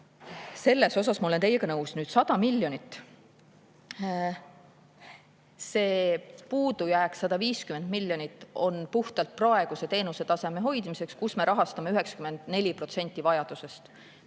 Selles osas ma olen teiega nõus. Nüüd, 100 miljonit. See puudujääk 150 miljonit on puhtalt praeguse teenusetaseme hoidmiseks, kus me rahastame 94% vajadusest.